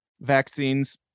Vaccines